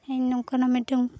ᱤᱧ ᱱᱚᱝᱠᱟᱱᱟᱜ ᱢᱤᱫᱴᱟᱝ